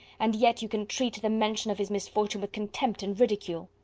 and yet you can treat the mention of his misfortune with contempt and ridicule.